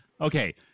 Okay